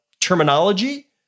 terminology